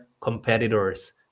competitors